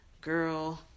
girl